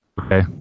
Okay